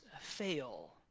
fail